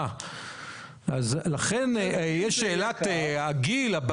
הכלל האתי הוא שאין "תוקפים",